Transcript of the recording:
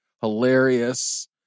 hilarious